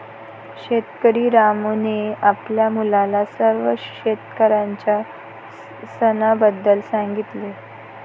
शेतकरी रामूने आपल्या मुलाला सर्व शेतकऱ्यांच्या सणाबद्दल सांगितले